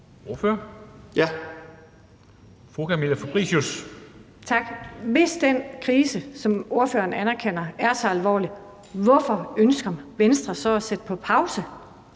Hvis den krise, som ordføreren anerkender, er så alvorlig, hvorfor ønsker Venstre så at sætte det på pause?